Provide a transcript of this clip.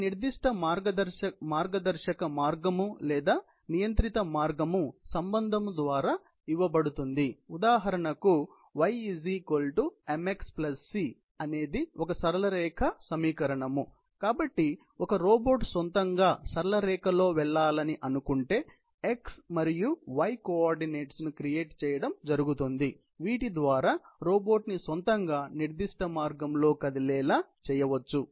ఒక నిర్దిష్ట మార్గదర్శక మార్గం లేదా నియంత్రిత మార్గం సంబంధం ద్వారా ఇవ్వబడుతుంది ఉదాహరణకు y mx c అనేది ఒక సరళ రేఖ సమీకరణం కాబట్టి ఒక రోబోట్ సొంతంగా సరళ రేఖలో వెళ్లాలని అనుకుంటే x మరియు y కోఆర్డినెట్స్ ను క్రియేట్ చేయడం జరుగుతుంది వీటి ద్వారా రోబోట్ ని సొంతంగా నిర్దిష్ట మార్గంలో కదిలేలా చేయవచ్చు